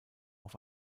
auf